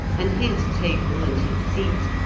and his table and his seat,